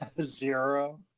Zero